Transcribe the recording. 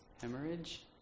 hemorrhage